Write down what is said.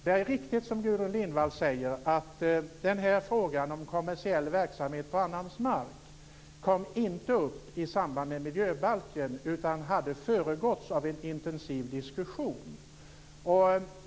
Det är riktigt som Gudrun Lindvall säger att denna fråga, om kommersiell verksamhet på annans mark, inte kom upp i samband med miljöbalken, men den har föregåtts av en intensiv diskussion.